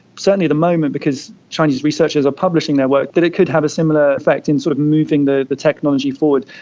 certainly at the moment, because chinese researchers are publishing their work, that it could have a similar effect in sort of moving the the technology forward.